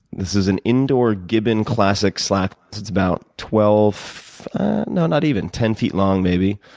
this is an indoor gibbon classic slack. it's it's about twelve no, not even ten feet long, maybe.